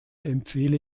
empfehle